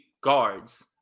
guards